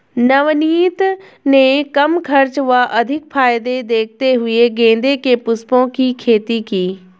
नवनीत ने कम खर्च व अधिक फायदे देखते हुए गेंदे के पुष्पों की खेती की